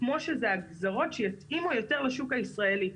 כמו שזה הגזרות שיתאימו יותר לשוק הישראלי.